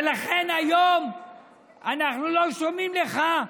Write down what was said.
ולכן, היום אנחנו לא שומעים לך.